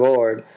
Lord